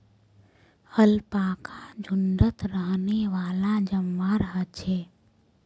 alpaca झुण्डत रहनेवाला जंवार ह छे